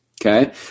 Okay